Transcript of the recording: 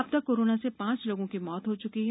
अब तक कोरोना से पांच लोगों की मौत हो चुकी है